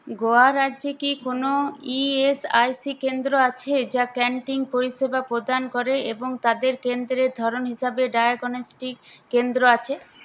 গোয়া রাজ্যে কি কোনও ইএসআইসি কেন্দ্র আছে যা ক্যান্টিন পরিষেবা প্রদান করে এবং তাদের কেন্দ্রের ধরন হিসাবে ডায়াগনস্টিক কেন্দ্র আছে